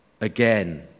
again